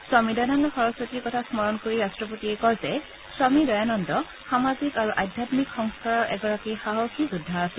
স্বামী দয়ানন্দ সৰস্বতীৰ কথা স্মৰণ কৰি ৰট্টপতিয়ে কয় যে স্বামী দয়ানন্দ সামাজিক আৰু আধ্যাম্মিক সংস্থাৰৰ এগৰাকী সাহসী যোদ্ধা আছিল